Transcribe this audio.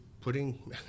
putting